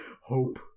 Hope